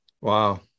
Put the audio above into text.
Wow